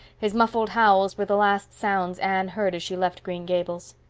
his muffled howls were the last sounds anne heard as she left green gables.